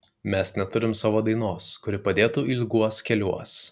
mes neturim savo dainos kuri padėtų ilguos keliuos